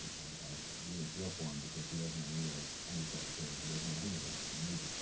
i really feel for him because he doesn't have any of his undersecretaries, he doesn't have any of his major,